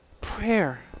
Prayer